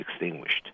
extinguished